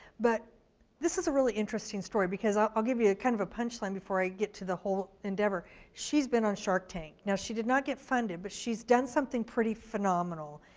but this is a really interesting story, because i'll i'll give you kind of a punch line before i get to the whole endeavor. she's been on shark tank, now she did not get funded, but she's done something pretty phenomenal.